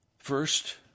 First